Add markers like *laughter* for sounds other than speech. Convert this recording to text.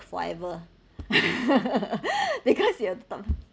forever *laughs* because you don't